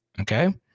Okay